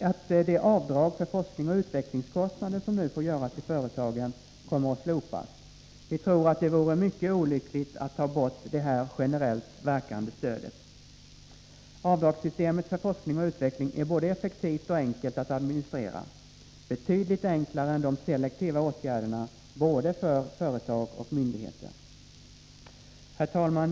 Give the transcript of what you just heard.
att det avdrag för forskningsoch utvecklingskostnader som nu får göras i företagen kommer att slopas. Vi tror att det vore mycket olyckligt att ta bort det här generellt verkande stödet. Avdragssystemet för forskning och utveckling är både effektivt och enkelt att administrera, betydligt enklare än de selektiva åtgärderna, både för företag och för myndigheter. Herr talman!